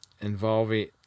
involving